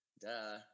duh